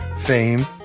fame